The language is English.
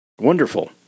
wonderful